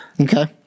Okay